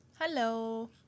Hello